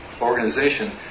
organization